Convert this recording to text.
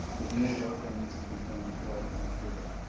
there's more work that needs to be done before i can approve it,